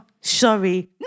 sorry